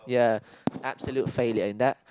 ya absolute failure in that